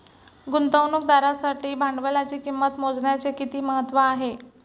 गुंतवणुकदारासाठी भांडवलाची किंमत मोजण्याचे किती महत्त्व आहे?